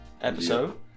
episode